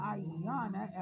Ayana